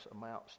amounts